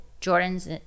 jordan's